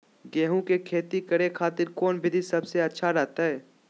गेहूं के खेती करे खातिर कौन विधि सबसे अच्छा रहतय?